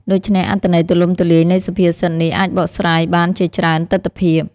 ដូច្នេះ អត្ថន័យទូលំទូលាយនៃសុភាសិតនេះអាចបកស្រាយបានជាច្រើនទិដ្ឋភាព។